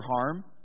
harm